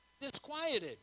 disquieted